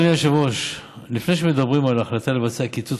אדוני היושב-ראש: לפני שמדברים על ההחלטה לבצע קיצוץ